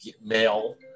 male